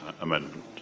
amendment